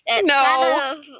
No